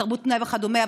תרבות פנאי וכדומה.